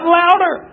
louder